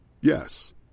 Yes